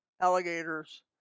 alligators